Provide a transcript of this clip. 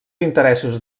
interessos